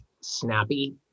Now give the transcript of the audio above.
snappy